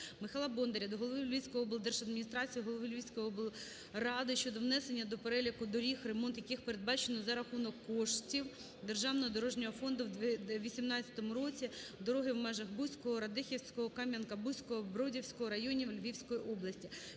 Михайла Бондаря до голови Львівської облдержадміністрації, голови Львівської облради щодо внесення до переліку доріг, ремонт яких передбачено за рахунок коштів Державного дорожнього фонду в 2018 році, дороги в межах Буського, Радехівського Кам'янка-Бузького, Бродівського районів Львівської області.